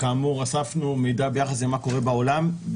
אספנו מידע ביחס למה שקורה בעולם,